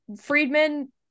Friedman